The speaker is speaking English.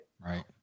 Right